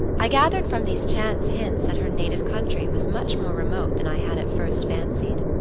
i gathered from these chance hints that her native country was much more remote than i had at first fancied.